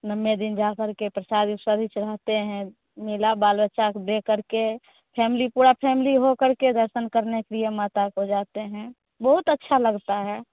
नवें दिन जाके प्रसादी उसादी चढ़ाते हें मेला बाल बच्चा क बे करके फेमली पूरा फेमली हो करके दर्शन करने के लिए माता को जाते हें बहुत अच्छा लगता हे